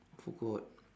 forgot